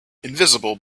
invisible